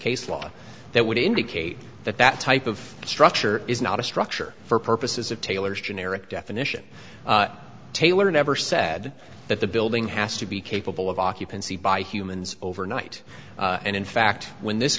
case law that would indicate that that type of structure is not a structure for purposes of taylor's generic definition taylor never said that the building has to be capable of occupancy by humans overnight and in fact when this